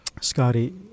Scotty